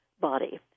body